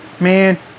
Man